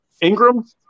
Ingram